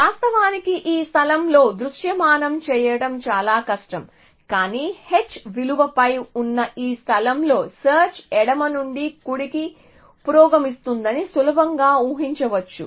వాస్తవానికి ఈ స్థలంలో దృశ్యమానం చేయడం చాలా కష్టం కానీ h విలువపై ఉన్న ఈ స్థలంలో సెర్చ్ ఎడమ నుండి కుడికి పురోగమిస్తుందని సులభంగా ఊహించవచ్చు